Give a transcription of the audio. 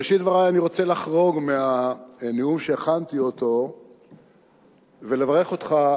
בראשית דברי אני רוצה לחרוג מהנאום שהכנתי ולברך אותך,